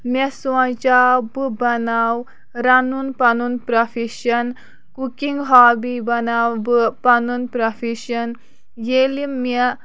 مےٚ سونٛچاو بہٕ بناو رَنُن پَنُن پرٛوفیٚشَن کُکِنٛگ ہابی بَناو بہٕ پَنُن پرٛوفیٚشَن ییٚلہِ مےٚ